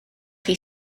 chi